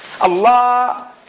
Allah